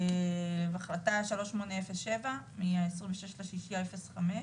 החלטה 3807 מ-26 ביוני 2005,